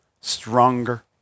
stronger